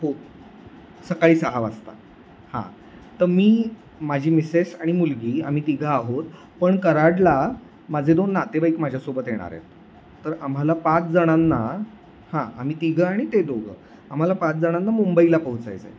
हो सकाळी सहा वाजता हां तं मी माझी मिसेस आणि मुलगी आम्ही तिघं आहोत पण कराडला माझे दोन नातेवाईक माझ्यासोबत येणार आहेत तर आम्हाला पाच जणांना हां आम्ही तिघं आणि ते दोघं आम्हाला पाच जणांना मुंबईला पोहोचायचं आहे